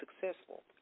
successful